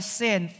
sin